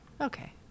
Okay